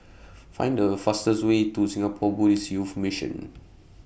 Find The fastest Way to Singapore Buddhist Youth Mission